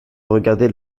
regarder